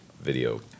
video